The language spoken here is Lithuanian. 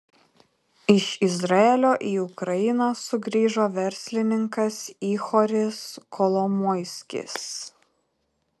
iš izraelio į ukrainą sugrįžo verslininkas ihoris kolomoiskis